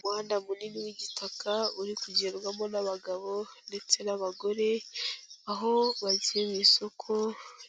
Umuhanda munini w'igitaka uri kugerwamo n'abagabo ndetse n'abagore, aho bagiye mu isoko